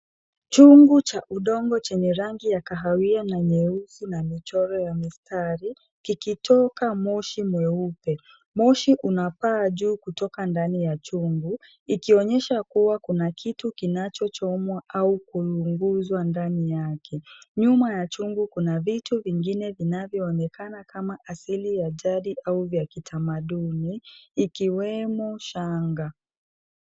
Chungu cha udongo chenye rangi ya kahawia na nyeusi na michoro ya mistari kikitoka moshi mweupe. Moshi unapaa juu kutoka ndani ya chungu, ikionyesha kuwa kuna kitu kinachochomwa au kuunguzwa ndani yake. Nyuma ya chungu kuna vitu vingine vinavyoonekana kama asili ya jadi au vya kitamaduni, ikiwemo shanga.